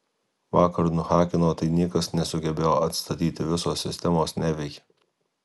vakar nuhakino tai niekas nesugebėjo atstatyti visos sistemos neveikia